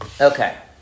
Okay